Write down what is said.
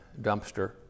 dumpster